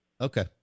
Okay